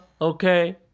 okay